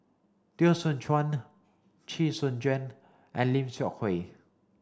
Teo Soon Chuan Chee Soon Juan and Lim Seok Hui